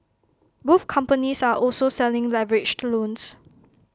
both companies are also selling leveraged loans